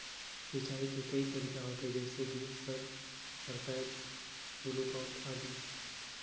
सिंचाई के कई तरीका होथे? जैसे कि सर सरपैट, टुलु पंप, आदि?